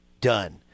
Done